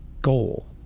goal